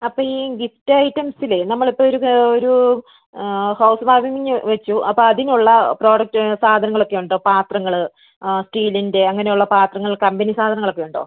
അപ്പോൾ ഈ ഗിഫ്റ്റ് ഐറ്റംസിലെ നമ്മൾ ഇപ്പോൾ ഒരു ഒരു ഹൗസ്വാമിംഗ് വച്ചു അപ്പോൾ അതിനുള്ള പ്രൊഡക്റ്റ് സാധനങ്ങൾ ഒക്കെ ഉണ്ടോ പാത്രങ്ങൾ സ്റ്റീലിൻ്റെ അങ്ങനെ ഉള്ള പാത്രങ്ങൾ കമ്പനി സാധനങ്ങൾ ഒക്കെ ഉണ്ടോ